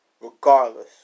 Regardless